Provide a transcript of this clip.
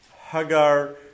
Hagar